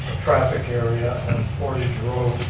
traffic area on portage road